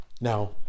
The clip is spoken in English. now